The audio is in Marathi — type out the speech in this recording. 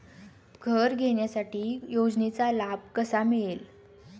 घर घेण्यासाठी योजनेचा लाभ कसा मिळेल?